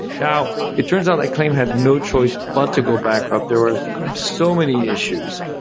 now it turns out acclaim had no choice but to go bankrupt. there were so many issues.